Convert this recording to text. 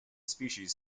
species